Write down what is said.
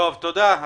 תודה רבה.